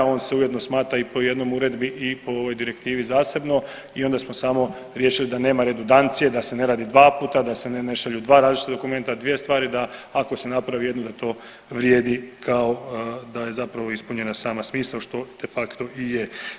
On se ujedno smatra i po jednoj uredbi i po ovoj direktivi zasebno i onda smo samo riješili da nema redudancije, da se ne radi dva puta, da se ne šalju dva različita dokumenta, dvije stvari, da ako se napravi jednu da to vrijedi kao da je zapravo ispunjena sama smisao što de facto i je.